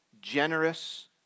generous